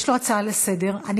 יש לו הצעה לסדר-היום,